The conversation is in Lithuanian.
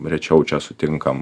rečiau čia sutinkam